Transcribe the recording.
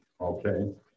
Okay